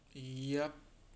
ah yup